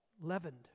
leavened